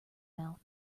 mouth